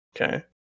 Okay